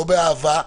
לא באהבה,